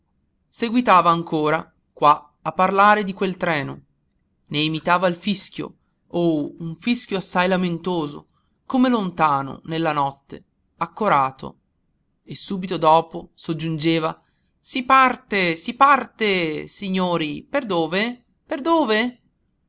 seguitava ancora qua a parlare di quel treno ne imitava il fischio oh un fischio assai lamentoso come lontano nella notte accorato e subito dopo soggiungeva si parte si parte signori per dove per dove